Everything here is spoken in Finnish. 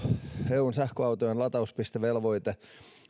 eun sähköautojen latauspistevelvoite